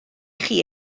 chi